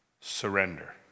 surrender